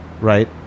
right